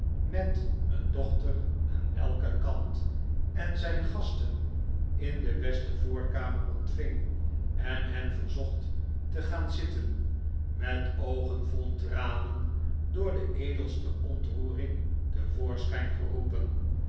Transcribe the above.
met een dochter aan elken kant en zijn gasten in de beste voorkamer ontving en hen verzocht te gaan zitten met oogen vol tranen door de edelste ontroering te voorschijn geroepen